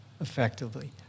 effectively